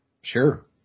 Sure